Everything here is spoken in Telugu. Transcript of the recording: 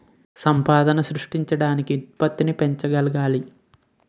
సంపద సృష్టించడానికి ఉత్పత్తిని పెంచగలగాలి